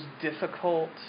difficult